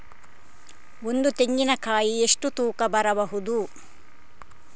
ಒಂದು ತೆಂಗಿನ ಕಾಯಿ ಎಷ್ಟು ತೂಕ ಬರಬಹುದು?